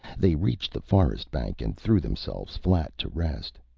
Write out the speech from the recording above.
they reached the forest bank and threw themselves flat to rest.